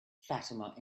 fatima